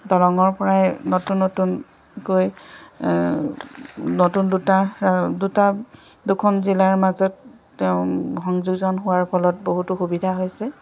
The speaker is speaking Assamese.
দলঙৰ পৰাই নতুন নতুনকৈ নতুন দুটা দুটা দুখন জিলাৰ মাজত তেওঁ সংযোজন হোৱাৰ ফলত বহুতো সুবিধা হৈছে